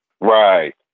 Right